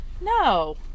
No